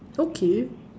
okay